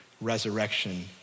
resurrection